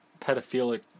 pedophilic